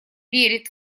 верит